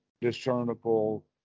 discernible